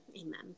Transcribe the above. Amen